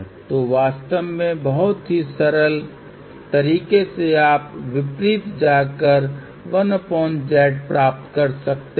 तो वास्तव में बहुत ही सरल तरीके से आप विपरीत जाकर 1 z प्राप्त कर सकते हैं